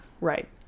Right